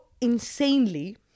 insanely